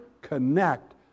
connect